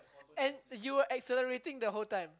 and you were accelerating the whole time